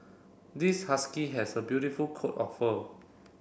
this husky has a beautiful coat of fur